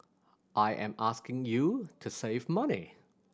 I am asking you to save money